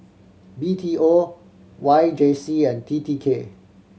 B T O Y J C and T T K